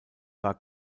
war